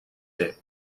fer